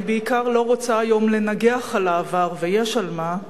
אני בעיקר לא רוצה היום לנגח על העבר, ויש על מה,